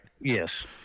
Yes